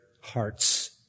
hearts